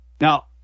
Now